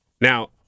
now